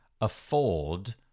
afford